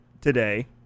Today